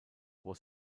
was